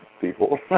people